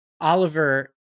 Oliver